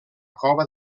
cova